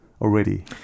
already